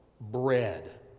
Bread